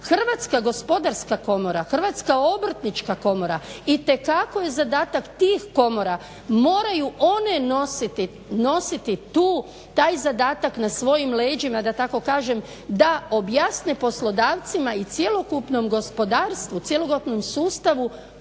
Hrvatska gospodarska komora, Hrvatska obrtnička komora itekako je zadatak tih komora moraju one nositi tu, taj zadatak na svojim leđima da tako kažem, da objasne poslodavcima i cjelokupnom gospodarstvu, cjelokupnom sustavu